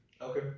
okay